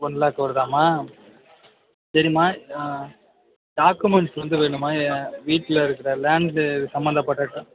one lakh வருதாம்மா சரிமா documents வந்து வேணுமா வீட்டில் இருக்கிற லேண்டு சம்மந்தப்பட்ட